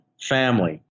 family